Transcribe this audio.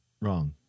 Wrong